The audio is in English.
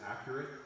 accurate